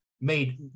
made